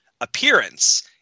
appearance